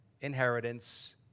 inheritance